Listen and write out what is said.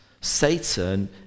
Satan